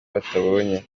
batabonye